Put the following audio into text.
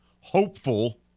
hopeful